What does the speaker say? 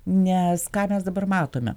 nes ką mes dabar matome